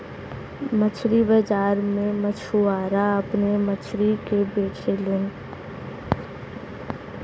मछरी बाजार में मछुआरा अपने मछरी के बेचलन